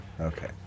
Okay